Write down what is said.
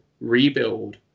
rebuild